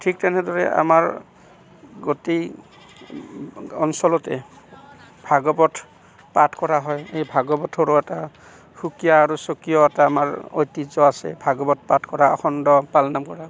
ঠিক তেনেদৰে আমাৰ গোটেই অঞ্চলতে ভাগৱত পাঠ কৰা হয় এই এই ভাগৱতৰো এটা সুকীয়া আৰু স্বকীয় এটা আমাৰ ঐতিহ্য আছে ভাগৱত পাঠ কৰা অখণ্ড পাল নাম কৰা